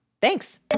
Thanks